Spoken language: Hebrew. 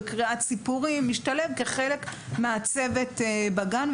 בקריאת סיפורים - הם משתלבים כחלק מהצוות בגן.